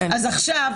אז עכשיו,